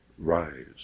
rise